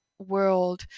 world